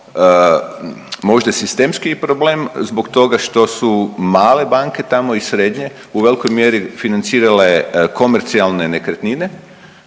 možda sistemskiji problem zbog toga što su male banke tamo i srednje u velikoj mjeri financirale komercijalne nekretnine